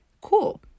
cool